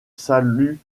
salut